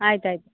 ಆಯ್ತು ಆಯ್ತು